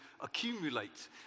accumulate